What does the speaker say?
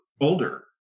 older